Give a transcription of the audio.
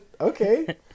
okay